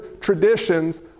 traditions